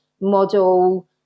model